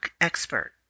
expert